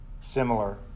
Similar